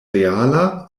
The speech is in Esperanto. reala